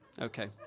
Okay